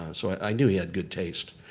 and so i knew he had good taste.